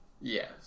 Yes